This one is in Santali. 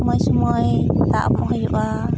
ᱥᱳᱢᱳᱭ ᱥᱳᱢᱳᱭ ᱫᱟᱜ ᱮᱢᱚᱜ ᱦᱩᱭᱩᱜᱼᱟ